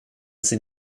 sin